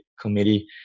committee